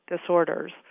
disorders